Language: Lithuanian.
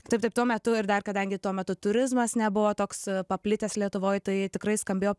taip taip tuo metu ir dar kadangi tuo metu turizmas nebuvo toks paplitęs lietuvoj tai tikrai skambėjo